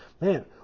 Man